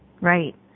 right